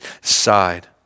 side